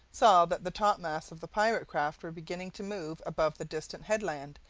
saw that the topmasts of the pirate craft were beginning to move above the distant headland,